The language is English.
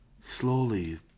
slowly